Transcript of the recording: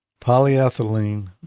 polyethylene